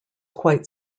quite